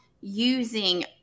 using